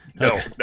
no